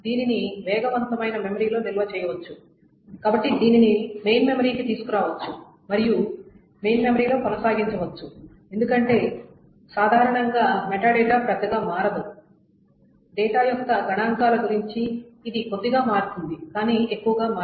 దీనిని వేగవంతమైన మెమరీలో నిల్వ చేయవచ్చు కాబట్టి దీనిని మెయిన్ మెమరీకి తీసుకురావచ్చు మరియు మెయిన్ మెమరీలో కొనసాగించవచ్చు ఎందుకంటే సాధారణం గా మెటాడేటా పెద్దగా మారదు డేటా యొక్క గణాంకాల గురించి ఇది కొద్దిగా మారుతుంది కానీ ఎక్కువగా మారదు